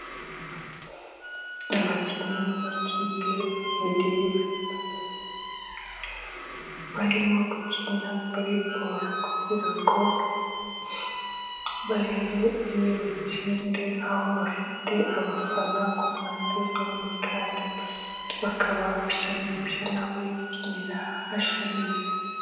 Abakinnyi b'amakipe abiri barimo gukina volley ball, kugira ngo barebe iributsinde, aho bafite abafana ku mpande zombi, kandi bakaba basa neza n'aho bari gukinira hasa neza.